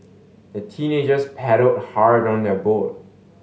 the teenagers paddled hard on their boat